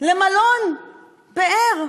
למלון פאר.